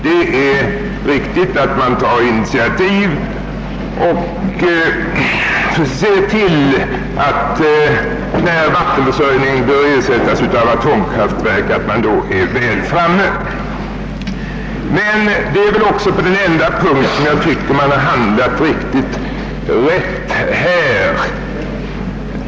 Det är riktigt att man tar initiativ och ser till att man ligger väl till när vi kommer dithän att vattenkraftsförsörjningen bör ersättas av atomkraftverk. Men det är också den enda punkt på vilken jag anser att man handlat riktigt.